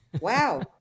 Wow